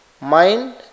mind